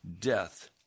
Death